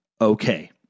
okay